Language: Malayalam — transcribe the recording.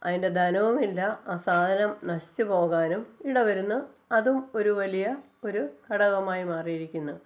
അതിന്റെ ധനവുമില്ല ആ സാധനം നശിച്ചു പോകാനും ഇട വരുന്ന അതും ഒരു വലിയ ഒരു ഘടകമായി മാറിയിരിക്കുന്നു